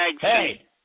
Hey